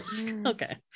Okay